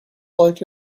like